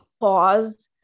pause